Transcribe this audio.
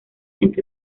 entre